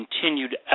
continued